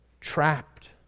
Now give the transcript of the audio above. trapped